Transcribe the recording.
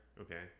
Okay